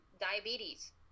diabetes